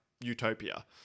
utopia